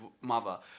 Mother